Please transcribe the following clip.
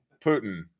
Putin